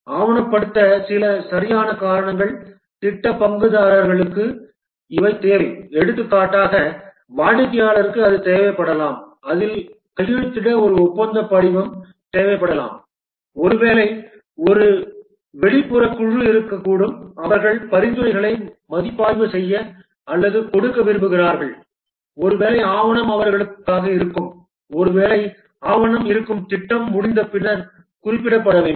ஆவணப்படுத்த சில சரியான காரணங்கள் திட்ட பங்குதாரர்களுக்கு இது தேவை எடுத்துக்காட்டாக வாடிக்கையாளருக்கு அது தேவைப்படலாம் அதில் கையெழுத்திட ஒரு ஒப்பந்த படிவம் தேவைப்படலாம் ஒருவேளை ஒரு வெளிப்புறக் குழு இருக்கக்கூடும் அவர்கள் பரிந்துரைகளை மதிப்பாய்வு செய்ய அல்லது கொடுக்க விரும்புகிறார்கள் ஒருவேளை ஆவணம் அவர்களுக்காக இருக்கும் ஒருவேளை ஆவணம் இருக்கும் திட்டம் முடிந்தபின்னர் குறிப்பிடப்பட வேண்டும்